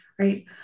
right